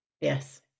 yes